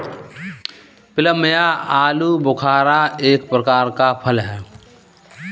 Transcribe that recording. plum या आलूबुखारा एक प्रकार का फल है